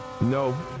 No